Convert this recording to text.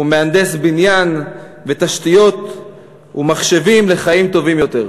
ומהנדס בניין ותשתיות ומחשבים לחיים טובים יותר.